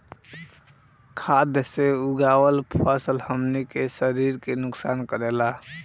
खाद्य से उगावल फसल हमनी के शरीर के नुकसान करेला